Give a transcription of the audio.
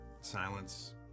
silence